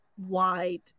Wide